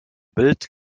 bild